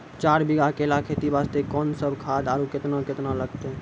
चार बीघा केला खेती वास्ते कोंन सब खाद आरु केतना केतना लगतै?